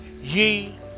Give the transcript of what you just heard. ye